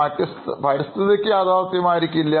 മറ്റു പരിസ്ഥിതിക്ക് യാഥാർത്ഥ്യം ആയിരിക്കില്ല